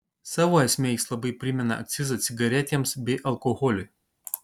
savo esme jis labai primena akcizą cigaretėms bei alkoholiui